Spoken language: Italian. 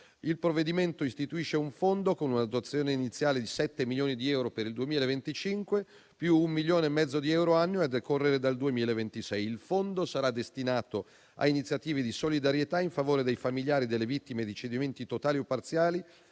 Il provvedimento istituisce un fondo con una dotazione iniziale di 7 milioni di euro per il 2025, più 1,5 milioni di euro annui a decorrere dal 2026. Il fondo sarà destinato a iniziative di solidarietà in favore dei familiari delle vittime di cedimenti totali o parziali